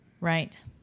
Right